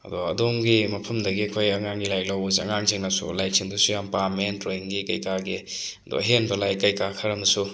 ꯑꯗꯣ ꯑꯗꯣꯝꯒꯤ ꯃꯐꯝꯗꯒꯤ ꯑꯩꯈꯣꯏ ꯑꯉꯥꯡꯒꯤ ꯂꯥꯏꯔꯤꯛ ꯂꯧꯕꯁꯦ ꯑꯉꯥꯡꯁꯤꯡꯅꯁꯨ ꯂꯥꯏꯔꯤꯛ ꯁꯤꯡꯗꯨꯁꯨ ꯌꯥꯝꯅ ꯄꯥꯝꯃꯦ ꯗ꯭ꯔꯣꯋꯤꯡꯒꯤ ꯀꯩꯀꯥꯒꯤ ꯑꯗꯣ ꯑꯍꯦꯟꯕ ꯂꯥꯏꯔꯤꯛ ꯀꯩꯀꯥ ꯈꯔꯃꯁꯨ